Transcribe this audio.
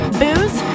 booze